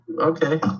okay